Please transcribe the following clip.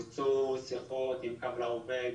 בוצעו שיחות עם "קו לעובד",